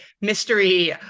mystery